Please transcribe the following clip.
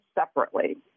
separately